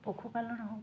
পশুপালন হওক